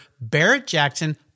Barrett-Jackson